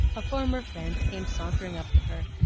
a former friend came sauntering up to her,